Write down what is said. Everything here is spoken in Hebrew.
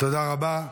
תודה רבה.